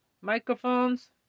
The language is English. microphones